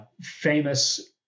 famous